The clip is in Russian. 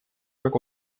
как